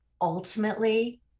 ultimately